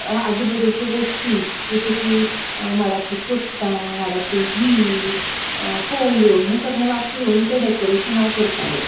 आजू बाजूच्यो गोश्टी जशें की माडाचीं चुट्टां माडाचे हीर पोंवल्यो हें सगळें वापरून तें डॅकोरेशन हांव करतालें